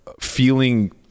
feeling